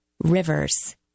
rivers